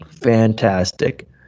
fantastic